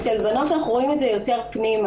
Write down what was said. אצל בנות אנחנו רואים את זה יותר פנימה,